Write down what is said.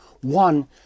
One